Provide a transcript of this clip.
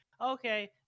Okay